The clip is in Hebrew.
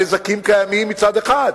הנזקים קיימים מצד אחד.